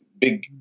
big